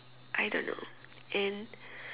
I don't know and